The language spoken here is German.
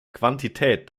quantität